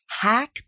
Hack